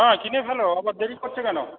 হ্যাঁ কিনে ফেলো আবার দেরি করছ কেন